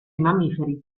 mammiferi